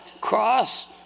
cross